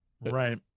Right